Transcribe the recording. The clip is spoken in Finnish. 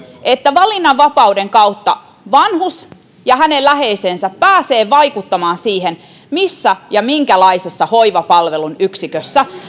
että valinnanvapauden kautta vanhus ja hänen läheisensä pääsevät vaikuttamaan siihen missä ja minkälaisessa hoivapalvelun yksikössä